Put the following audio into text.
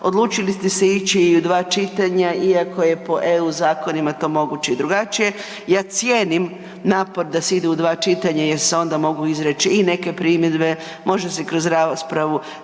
odlučili ste se ići i u 2 čitanja iako je po EU zakonima to moguće i drugačije i ja cijenim napor da se ide u 2 čitanja jer se onda mogu izreći i neke primjedbe može se kroz raspravu